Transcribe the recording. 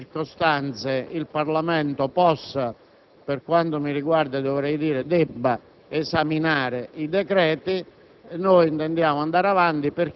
che in queste circostanze il Parlamento possa - per quanto mi riguarda dovrei dire «debba» - esaminare i decreti.